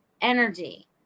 energy